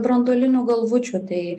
branduolinių galvučių tai